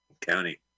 County